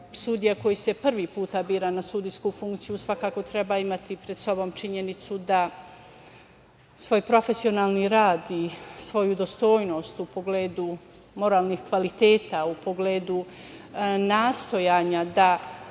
nalazi. Sudija koji se prvi put bira na sudijsku funkciju svakako treba imati pred sobom činjenicu da svoj profesionalni rad i svoju dostojnost u pogledu moralnih kvaliteta, u pogledu nastojanja da